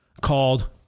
called